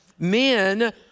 Men